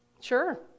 Sure